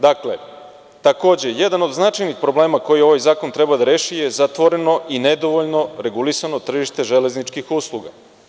Dakle, takođe jedan od značajnih problema koji ovaj zakon treba da reši je zatvoreno i nedovoljno regulisano tržište železničkih usluga.